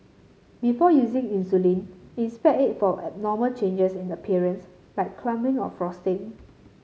before using insulin inspect it for abnormal changes in appearance like clumping or frosting